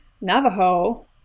Navajo